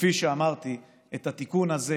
וכפי שאמרתי, את התיקון הזה,